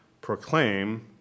proclaim